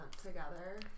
together